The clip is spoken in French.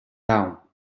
laon